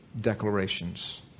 declarations